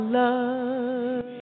love